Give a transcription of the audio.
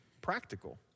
practical